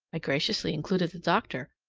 i graciously included the doctor,